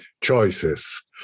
choices